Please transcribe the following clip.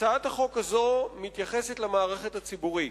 הצעת החוק הזאת מתייחסת למערכת הציבורית,